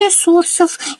ресурсов